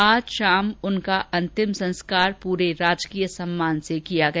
आज शाम उनका अंतिम संस्कार पूरे राजकीय सम्मान के साथ किया गया